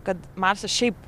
kad marsas šiaip